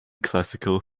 classical